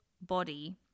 body